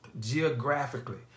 geographically